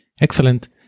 Excellent